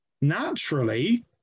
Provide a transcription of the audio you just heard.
naturally